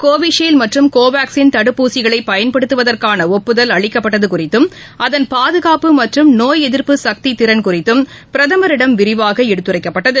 Covishield மற்றும் Covaxin தடுப்பூசிகளை பயன்படுத்துவதற்கான ஒப்புதல் அளிக்கப்பட்டது குறித்தும் அதன் பாதுகாப்பு மற்றும் நோய் எதிர்ப்பு சக்தி திறன் குறித்தும் பிரதமரிடம் விரிவாக எடுத்துரைக்கப்பட்டது